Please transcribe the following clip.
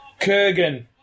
Kurgan